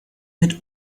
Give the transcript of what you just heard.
mit